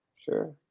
Sure